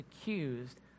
accused